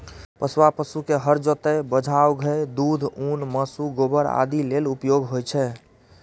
पोसुआ पशु के हर जोतय, बोझा उघै, दूध, ऊन, मासु, गोबर आदि लेल उपयोग होइ छै